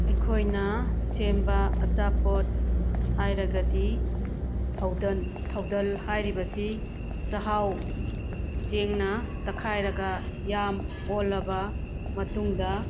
ꯑꯩꯈꯣꯏꯅ ꯁꯦꯝꯕ ꯑꯆꯥꯄꯣꯠ ꯍꯥꯏꯔꯒꯗꯤ ꯊꯧꯗꯟ ꯊꯧꯗꯜ ꯍꯥꯏꯔꯤꯕꯁꯤ ꯆꯥꯛꯍꯥꯎ ꯆꯦꯡꯅ ꯇꯛꯈꯥꯏꯔꯒ ꯌꯥꯝ ꯑꯣꯜꯂꯕ ꯃꯇꯨꯡꯗ